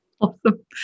Awesome